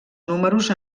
números